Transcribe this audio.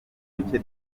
mike